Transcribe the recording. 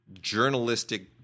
journalistic